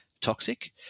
toxic